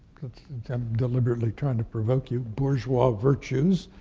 i'm deliberately trying to provoke you, bourgeois virtues,